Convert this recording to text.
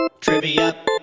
Trivia